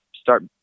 start